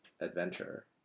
adventure